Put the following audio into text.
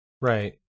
right